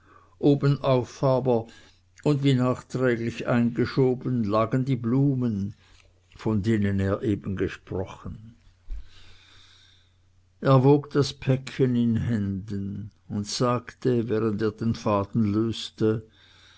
obenauf aber und wie nachträglich eingeschoben lagen die blumen von denen er eben gesprochen er wog das päckchen in händen und sagte während er den faden ablöste